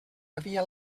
havia